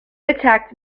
attacked